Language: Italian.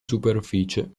superficie